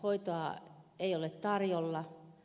hoitoa ei ole tarjolla